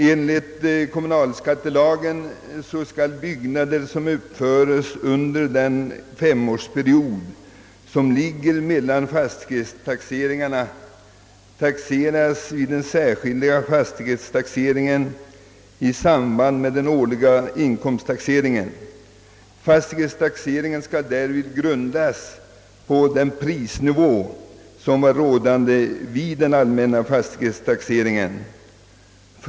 Enligt kommunalskattelagen skall byggnader som uppföres under den femårsperiod som ligger mellan fastighetstaxeringarna taxeras vid den särskilda fastighetstaxeringen i samband med den årliga inkomsttaxeringen. Fastighetstaxeringen skall därvid grundas på den prisnivå som var rådande vid den allmänna fastighetstaxeringen.